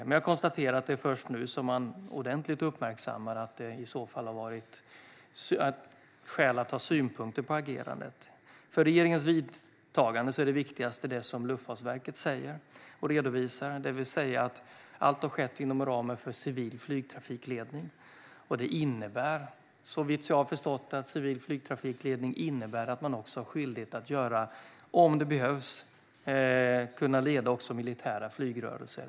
Men jag konstaterar att det är först nu som man ordentligt uppmärksammar att det har funnits skäl att ha synpunkter på agerandet. För regeringens vidkommande är det viktigaste det som Luftfartsverket säger och redovisar, det vill säga att allt har skett inom ramen för civil flygtrafikledning. Civil flygtrafikledning innebär såvitt jag har förstått att man har skyldighet att om det behövs kunna leda också militära flygrörelser.